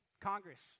Congress